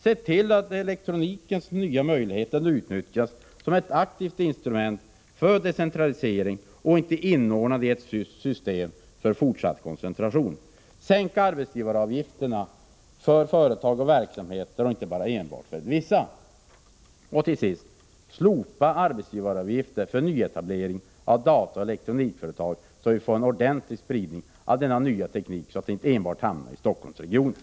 Se till att elekronikens nya möjligheter utnyttjas som ett aktivt instrument för decentralisering och inte inordnas i ett system för fortsatt koncentration! Sänk arbetsgivaravgifterna för alla företag och verksamheter och inte enbart för vissa! Och till sist: Slopa arbetsgivaravgifter för nyetablering av dataoch elektronikföretag, så att vi får en ordentlig spridning av denna nya teknik och så att den inte hamnar enbart i Stockholmsregionen!